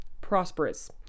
prosperous